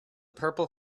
purple